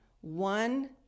one